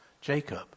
Jacob